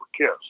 kiss